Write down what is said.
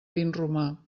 vinromà